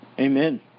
Amen